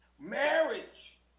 Marriage